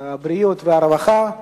הבריאות והרווחה.